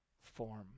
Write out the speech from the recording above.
form